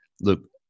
look